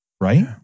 right